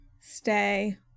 stay